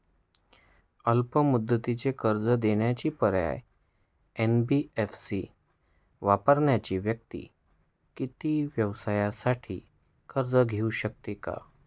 अल्प मुदतीचे कर्ज देण्याचे पर्याय, एन.बी.एफ.सी वापरणाऱ्या व्यक्ती किंवा व्यवसायांसाठी कर्ज घेऊ शकते का?